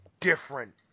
different